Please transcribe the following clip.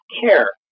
care